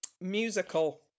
Musical